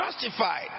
justified